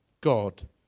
God